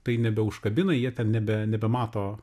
tai nebeužkabina jie ten nebe nebemato